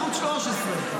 ערוץ 13,